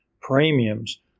premiums